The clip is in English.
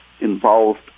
involved